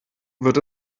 wird